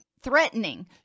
Threatening